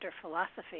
philosophy